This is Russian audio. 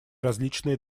различные